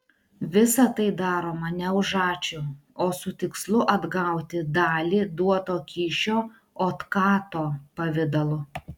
visa tai daroma ne už ačiū o su tikslu atgauti dalį duoto kyšio otkato pavidalu